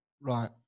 Right